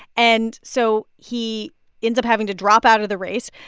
and so he ends up having to drop out of the race,